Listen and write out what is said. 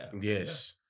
yes